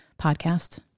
podcast